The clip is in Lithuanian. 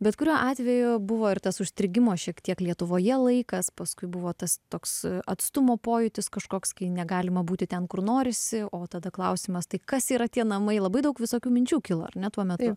bet kuriuo atveju buvo ir tas užstrigimo šiek tiek lietuvoje laikas paskui buvo tas toks atstumo pojūtis kažkoks kai negalima būti ten kur norisi o tada klausimas tai kas yra tie namai labai daug visokių minčių kilo ar ne tuo metu